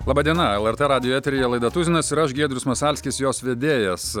laba diena lrt radijo eteryje laida tuzinas ir aš giedrius masalskis jos vedėjas